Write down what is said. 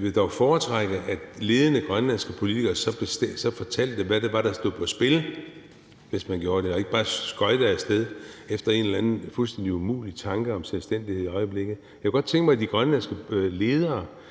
vil dog foretrække, at ledende grønlandske politikere så fortalte, hvad det var, der stod på spil, hvis man gjorde det, og ikke bare skøjtede af sted efter en eller anden fuldstændig umulig tanke om selvstændighed i øjeblikket. Jeg kunne godt tænke mig, at de grønlandske ledere